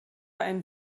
ein